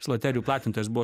jis loterijų platintojas buvo